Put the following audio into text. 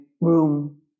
room